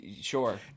sure